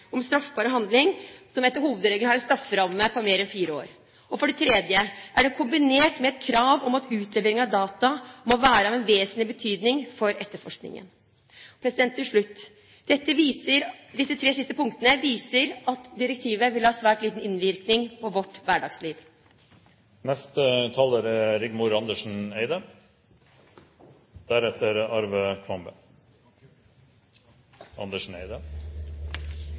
om en straffbar handling, som etter hovedregelen har en strafferamme på mer enn fire år. For det tredje er det kombinert med et krav om at utlevering av data må være av en vesentlig betydning for etterforskningen. Til slutt: Disse tre siste punktene viser at direktivet vil ha svært liten innvirkning på vårt